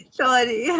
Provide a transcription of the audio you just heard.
sorry